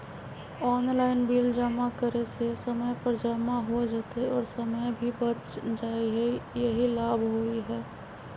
Online bill जमा करे से समय पर जमा हो जतई और समय भी बच जाहई यही लाभ होहई?